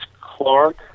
Clark